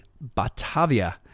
Batavia